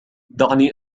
دعني